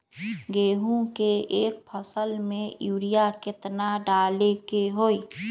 गेंहू के एक फसल में यूरिया केतना डाले के होई?